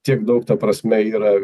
tiek daug ta prasme yra